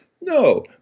No